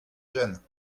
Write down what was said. gêne